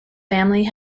family